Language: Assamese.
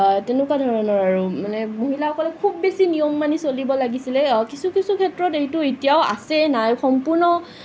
তেনেকুৱাধৰণৰ মানে মহিলাসকলে খুব বেছি নিয়ম মানি চলিব লাগিছিল আৰু কিছু কিছু ক্ষেত্ৰত এইটো এতিয়াও আছে সম্পূৰ্ণ